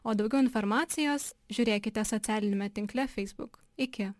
o daugiau informacijos žiūrėkite socialiniame tinkle feisbuk iki